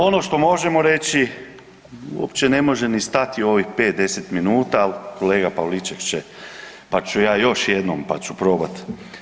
Ono što možemo reći uopće ni ne može stati u ovih 5-10 minuta kolega Pavliček će pa ću ja još jednom pa ću probati.